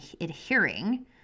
adhering